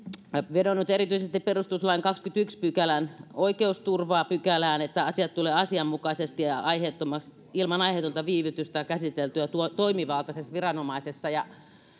vedonnut erityisesti perustuslain kahdennenkymmenennenensimmäisen pykälän oikeusturvapykälään niin että asiat tulevat asianmukaisesti ja ilman aiheetonta viivytystä käsiteltyä toimivaltaisessa viranomaisessa minä